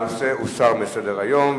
הנושא הוסר מסדר-היום.